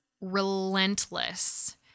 relentless